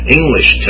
English